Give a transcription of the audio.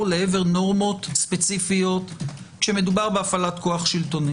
לעבר נורמות ספציפיות כשמדובר בהפעלת כוח שלטוני.